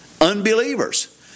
unbelievers